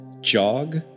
jog